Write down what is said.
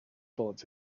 bullets